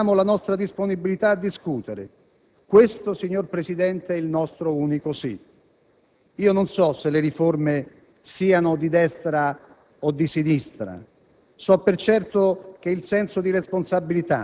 e per raggiungerlo offriamo la nostra disponibilità a discutere. Questo, signor Presidente, è il nostro unico «sì». Non so se le riforme siano di destra o di sinistra.